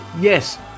Yes